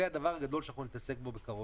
זה הדבר הגדול שנתעסק בו בקרוב.